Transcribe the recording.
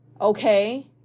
okay